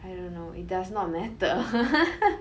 I don't know it does not matter